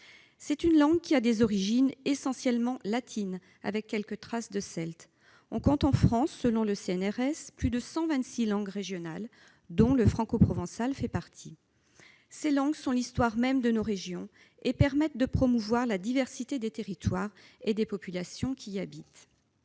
Cette langue a des origines essentiellement latines, avec quelques traces de celte. On compte en France, selon le CNRS, plus de 126 langues régionales, dont le francoprovencal. Ces langues sont l'histoire même de nos régions et permettent de promouvoir la diversité des territoires et des populations qui y habitent.